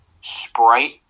Sprite